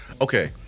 Okay